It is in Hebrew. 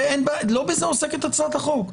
לא בזה עוסקת הצעת החוק.